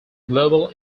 global